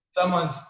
someone's